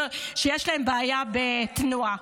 שיש להם בעיה בתנועה?